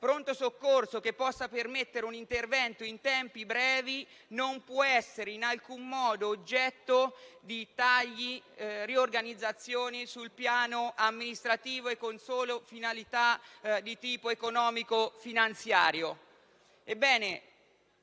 pronto soccorso che possa permettere un intervento in tempi brevi, non può essere in alcun modo oggetto di tagli e riorganizzazioni sul piano amministrativo e solo con finalità di tipo economico e finanziario.